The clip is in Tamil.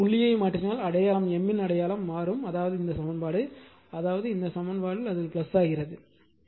அதாவது புள்ளியை மாற்றினால் அடையாளம் M இன் அடையாளம் மாறும் அதாவது இந்த சமன்பாடு அதாவது இந்த சமன்பாடு அது ஆகிறது